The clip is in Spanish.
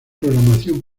programación